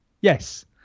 Yes